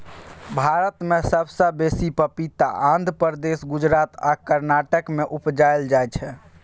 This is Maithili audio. भारत मे सबसँ बेसी पपीता आंध्र प्रदेश, गुजरात आ कर्नाटक मे उपजाएल जाइ छै